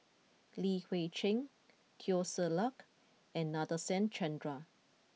Li Hui Cheng Teo Ser Luck and Nadasen Chandra